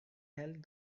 held